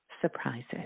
surprises